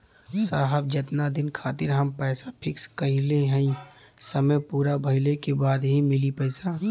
साहब जेतना दिन खातिर हम पैसा फिक्स करले हई समय पूरा भइले के बाद ही मिली पैसा?